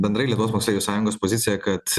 bendrai lietuvos moksleivių sąjungos pozicija kad